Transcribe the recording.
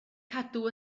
cadw